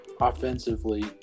offensively